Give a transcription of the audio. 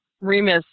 Remus